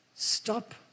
Stop